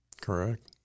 Correct